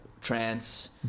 trance